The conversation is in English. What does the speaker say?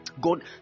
God